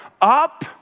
up